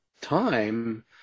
time